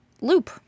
loop